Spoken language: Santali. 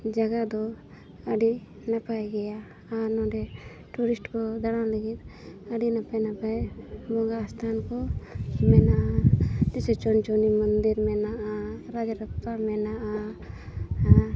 ᱡᱟᱭᱜᱟ ᱫᱚ ᱟᱹᱰᱤ ᱱᱟᱯᱟᱭ ᱜᱮᱭᱟ ᱟᱨ ᱱᱚᱰᱮ ᱴᱩᱨᱤᱥᱴ ᱠᱚ ᱫᱟᱬᱟᱱ ᱞᱟᱹᱜᱤᱫ ᱟᱹᱰᱤ ᱱᱟᱯᱟᱭ ᱱᱟᱯᱟᱭ ᱵᱚᱸᱜᱟ ᱥᱛᱷᱟᱱ ᱠᱚ ᱢᱮᱱᱟᱜᱼᱟ ᱡᱮᱭᱥᱮ ᱪᱚᱱᱪᱚᱱᱤ ᱢᱚᱱᱫᱤᱨ ᱢᱮᱱᱟᱜᱼᱟ ᱨᱟᱡᱽ ᱨᱚᱯᱯᱟ ᱢᱮᱱᱟᱜᱼᱟ ᱟᱨ